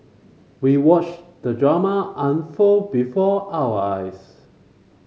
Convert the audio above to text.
we watched the drama unfold before our eyes